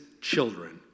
children